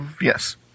yes